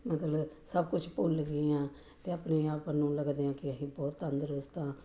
ਮਤਲਬ ਸਭ ਕੁਝ ਭੁੱਲ ਗਏ ਹਾਂ ਅਤੇ ਆਪਣੇ ਆਪ ਨੂੰ ਲੱਗਦੇ ਹਾਂ ਕਿ ਅਸੀਂ ਬਹੁਤ ਤੰਦਰੁਸਤ ਹਾਂ